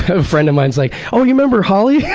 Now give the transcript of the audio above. a friend of mine is like, oh, you remember holly? yeah